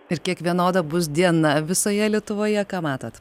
ir kiek vienoda bus diena visoje lietuvoje ką matot